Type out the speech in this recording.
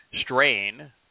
strain